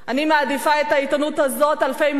אני מעדיפה את העיתונות הזאת אלפי מונים